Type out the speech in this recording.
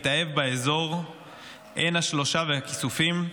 והוא התאהב באזור עין השלושה וכיסופים.